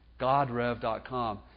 GodRev.com